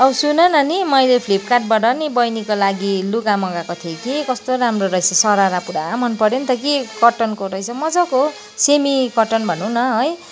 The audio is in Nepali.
औ सुन न नि मैले फ्लिपकार्टबाट नि बहिनीको लागि लुगा मँगाएको थिएँ कि कस्तो राम्रो रहेछ सरारा पुरा मन पऱ्यो नि त कि कटनको रहेछ मज्जाको हौ सेमी कटन भनौँ न है